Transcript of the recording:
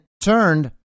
turned